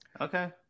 Okay